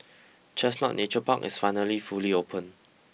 Chestnut Nature Park is finally fully open